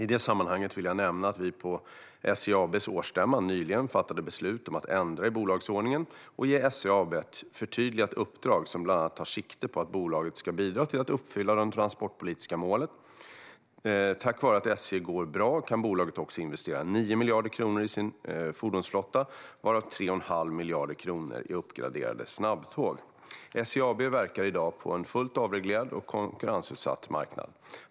I det sammanhanget vill jag nämna att vi på SJ AB:s årsstämma nyligen fattade beslut om att ändra i bolagsordningen och ge SJ AB ett förtydligat uppdrag, som bland annat tar sikte på att bolaget ska bidra till att uppfylla de transportpolitiska målen. Tack vare att SJ går bra kan bolaget också investera 9 miljarder kronor i sin fordonsflotta, varav 3,5 miljarder kronor i uppgraderade snabbtåg. SJ AB verkar i dag på en fullt avreglerad och konkurrensutsatt marknad.